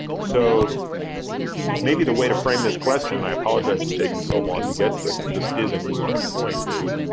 so maybe the way to frame this question, and i apologize it's taken so long to get to it, but this is a nuanced point is,